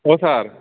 অ' sir